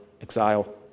exile